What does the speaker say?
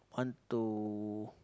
want to